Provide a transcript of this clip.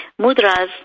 mudras